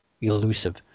elusive